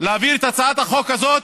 להעביר את הצעת החוק הזאת,